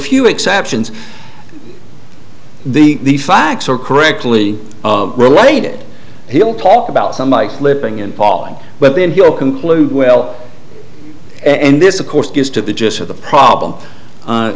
few exceptions the facts are correctly related he'll talk about some like slipping and falling but then he will conclude well and this of course gets to the gist of the problem